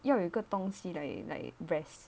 要有一个东西 leh like press